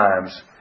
times